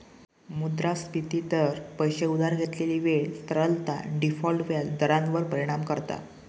मुद्रास्फिती दर, पैशे उधार घेतलेली वेळ, तरलता, डिफॉल्ट व्याज दरांवर परिणाम करता